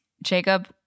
Jacob